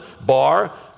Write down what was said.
bar